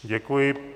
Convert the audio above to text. Děkuji.